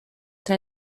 tra